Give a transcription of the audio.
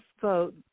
vote